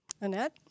Annette